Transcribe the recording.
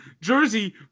jersey